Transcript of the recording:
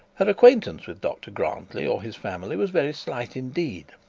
her acquaintance with dr grantly or his family were very slight indeed.